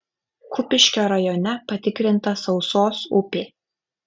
kupiškio rajone patikrinta suosos upė